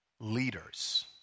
leaders